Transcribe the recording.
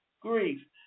grief